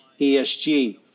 ESG